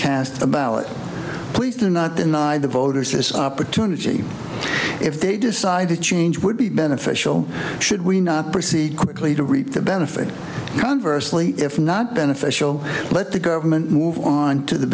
cast a ballot please do not deny the voters this opportunity if they decide to change would be beneficial should we not proceed quickly to reap the benefit conversely if not beneficial let the government move on to the